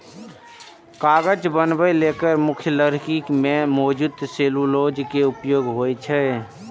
कागज बनबै लेल मुख्यतः लकड़ी मे मौजूद सेलुलोज के उपयोग होइ छै